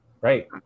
Right